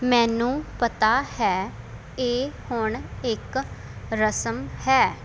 ਮੈਨੂੰ ਪਤਾ ਹੈ ਇਹ ਹੁਣ ਇੱਕ ਰਸਮ ਹੈ